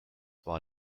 war